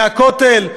מהכותל,